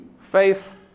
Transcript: Faith